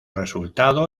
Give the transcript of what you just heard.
resultado